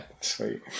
sweet